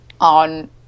on